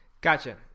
Gotcha